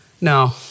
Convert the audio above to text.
No